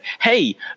Hey